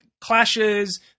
clashes